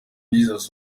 jesus